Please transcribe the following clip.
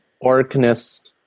organist